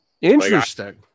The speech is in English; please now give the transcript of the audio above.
Interesting